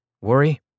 Worry